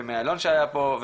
ומאלון שהיה פה,